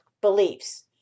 beliefs